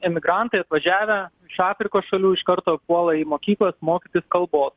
emigrantai atvažiavę iš afrikos šalių iš karto puola į mokyklas mokytis kalbos